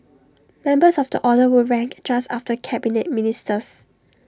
members of the order were ranked just after Cabinet Ministers